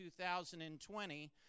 2020